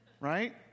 right